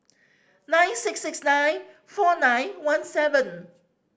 nine six six nine four nine one seven